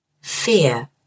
fear